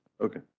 Okay